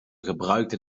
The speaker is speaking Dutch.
gebruikte